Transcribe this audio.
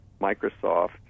Microsoft